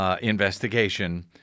investigation